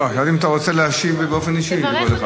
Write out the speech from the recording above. לא, חשבתי אם אתה רוצה להשיב באופן אישי לכל אחד.